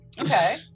Okay